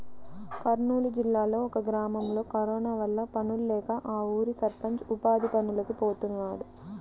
కర్నూలు జిల్లాలో ఒక గ్రామంలో కరోనా వల్ల పనుల్లేక ఆ ఊరి సర్పంచ్ ఉపాధి పనులకి పోతున్నాడు